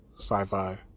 sci-fi